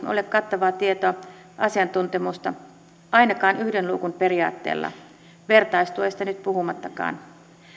ole kattavaa tietoa ja asiantuntemusta ainakaan yhden luukun periaatteella vertaistuesta nyt puhumattakaan